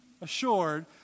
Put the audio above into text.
assured